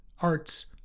arts